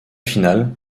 finale